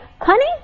Honey